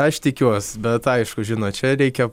aš tikiuos bet aišku žinot čia reikia